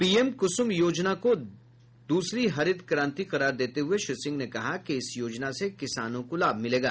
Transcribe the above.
PM Kusum योजना को दूसरी हरित क्रांति करार देते हुए श्री सिंह ने कहा कि इस योजना से किसानों को लाभ मिलेगा